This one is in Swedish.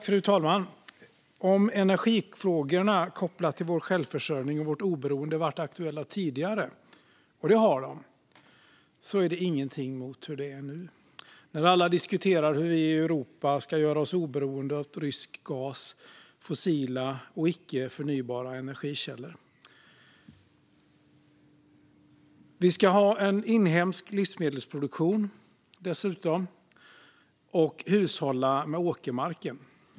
Fru talman! Om energifrågorna kopplade till vår självförsörjning och vårt oberoende varit aktuella tidigare - och det har de - är det inget mot nu, när alla diskuterar hur vi i Europa ska göra oss oberoende av rysk gas och fossila och icke förnybara energikällor. Vi ska dessutom ha en inhemsk livsmedelsproduktion och hushålla med åkermark.